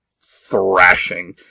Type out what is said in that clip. thrashing